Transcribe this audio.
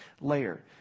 layer